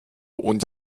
und